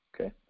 okay